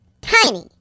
tiny